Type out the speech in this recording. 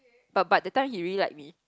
but but that time he really like me